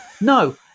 no